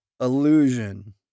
illusion